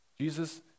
Jesus